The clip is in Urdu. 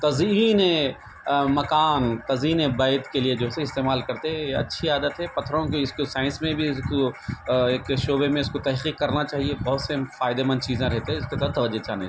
تزئين مكان تزئينِ بيت كے ليے جو ہے سو استعمال كرتے یہ اچھى عادت ہے پتّھروں كے اس كو سائنس ميں بھی اس کو ایک شعبے میں اس کو تحقیق کرنا چاہیے بہت سے فائدے مند چیزیں رہتے اس کے ساتھ توجہ چاہنے